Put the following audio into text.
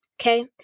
Okay